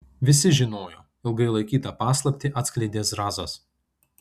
visi žinojo ilgai laikytą paslaptį atskleidė zrazas